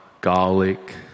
garlic